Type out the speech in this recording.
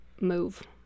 move